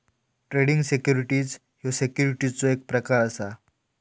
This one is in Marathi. ट्रेडिंग सिक्युरिटीज ह्यो सिक्युरिटीजचो एक प्रकार असा